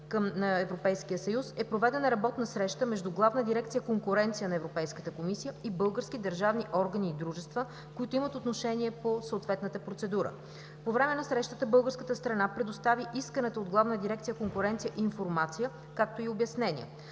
съюз е проведена работна среща между Главна дирекция „Конкуренция“ на Европейската комисия и български държавни органи и дружества, които имат отношение по съответната процедура. По време на срещата българската страна предостави исканата от Главна дирекция „Конкуренция“ информация, както и обяснения.